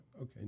okay